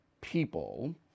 people